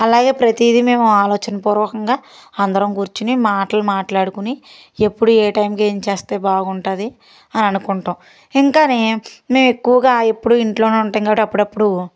అలాగే ప్రతిదీ మేము ఆలోచన పూర్వకంగా అందరం కూర్చుని మాటలు మాట్లాడుకుని ఎప్పుడు ఏ టైంకి ఏం చేస్తే బాగుంటుంది అని అనుకుంటాం ఇంకా మేం ఎక్కువగా ఎప్పుడు ఇంట్లోనే ఉంటాం కాబట్టి అప్పుడప్పుడు